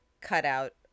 cutout